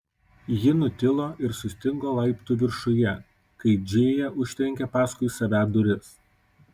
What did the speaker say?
ji nutilo ir sustingo laiptų viršuje kai džėja užtrenkė paskui save duris